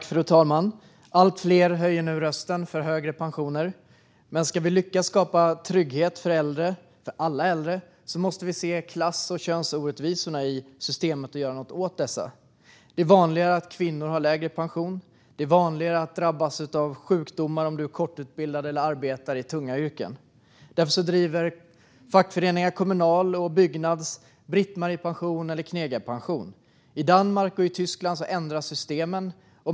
Fru talman! Allt fler höjer nu rösten för högre pensioner. Men om vi ska lyckas skapa trygghet för alla äldre måste vi se klass och könsorättvisorna i systemet och göra något åt dessa. Det är vanligare att kvinnor har lägre pension. Det är vanligare att drabbas av sjukdomar om du har kort utbildning eller arbetar i tunga yrken. Därför driver fackföreningarna Kommunal och Byggnads frågan om Britt-Marie-pension eller knegarpension. I Danmark och Tyskland ändras systemen.